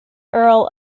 earl